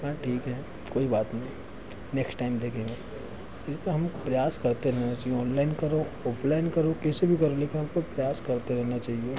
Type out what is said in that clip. हाँ ठीक है कोई बात नहीं नेक्स्ट टाइम देखेंगे इसे तो हम प्रयास करते रहना चाहिए ओनलाइन करो ओफलाइन करो कैसे भी करो लेकिन हमको प्रयास करते रहना चाहिए